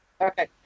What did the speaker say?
Okay